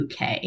UK